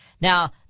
Now